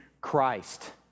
christ